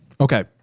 Okay